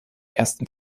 ersten